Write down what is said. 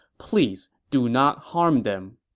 please do not harm them.